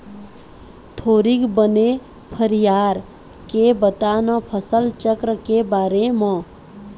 थोरिक बने फरियार के बता न फसल चक्र के बारे म